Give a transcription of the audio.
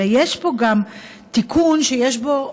אלא יש פה גם תיקון שיש בו,